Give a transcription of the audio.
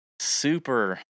super